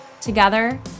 Together